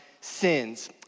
sins